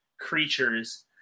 creatures